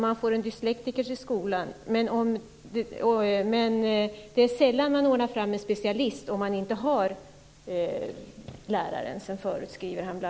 Men det är sällan man ordnar fram en specialist om man inte har en lärare sedan förut, skriver han.